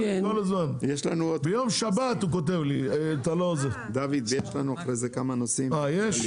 כלליים, כמו למשל חקיקת חוקים.